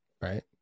Right